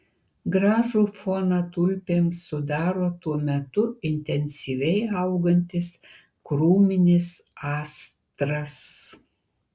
gražų foną tulpėms sudaro tuo metu intensyviai augantis krūminis astras